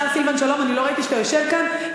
השר סילבן שלום, לא ראיתי שאתה יושב כאן.